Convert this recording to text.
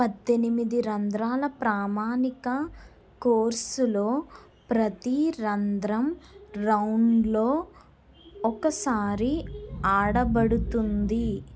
పద్దెనిమిది రంధ్రాల ప్రామాణిక కోర్సులో ప్రతి రంధ్రం రౌండ్లో ఒకసారి ఆడబడుతుంది